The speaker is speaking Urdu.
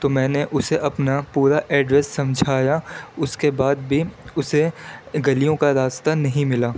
تو میں نے اسے اپنا پورا ایڈریس سمجھایا اس کے بعد بھی اسے گلیوں کا راستہ نہیں ملا